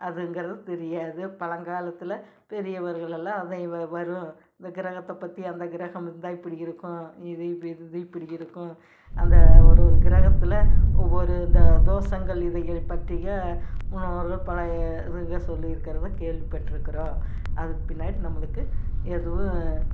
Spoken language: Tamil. அதுங்கிறது தெரியாது பழங்காலத்துல பெரியவர்களெல்லாம் அதை வ வரும் இந்த கிரகத்தை பற்றி அந்த கிரகம் இருந்தால் இப்படி இருக்கும் இது இப்படி இருந்து இப்படி இருக்கும் அந்த ஒரு ஒரு கிரகத்தில் ஒவ்வொரு இந்த தோஷங்கள் இதுகள் பற்றிய முன்னோர்கள் பழைய இதுகள் சொல்லிருக்கறதை கேள்விப்பட்டிருக்கோம் அதுக்கு பின்னாடி நம்மளுக்கு எதுவும்